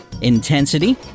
intensity